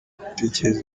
batekereza